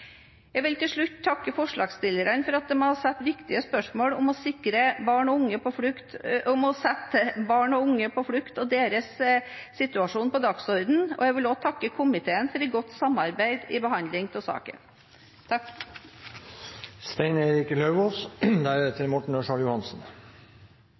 Jeg vil til slutt takke forslagsstillerne for at de har satt viktige spørsmål om å sette barn og unge på flukt og deres situasjon på dagsordenen, og jeg vil også takke komiteen for et godt samarbeid i behandlingen av saken.